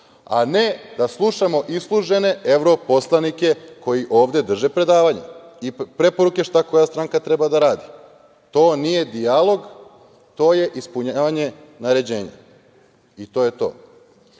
A ne da slušamo islužene evroposlanike koji ovde drže predavanje i preporuke šta koja stranka treba da radi. To nije dijalog, to je ispunjenje naređenja. I to je to. Mi